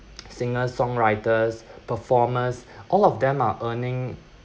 singer songwriters performers all of them are earning